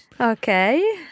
Okay